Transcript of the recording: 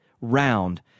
round